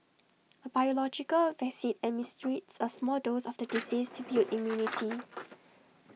A biological vaccine administers A small dose of the disease to build immunity